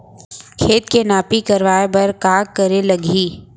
खेत के नापी करवाये बर का करे लागही?